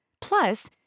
Plus